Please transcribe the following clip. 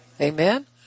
Amen